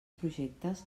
projectes